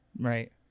Right